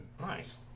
Nice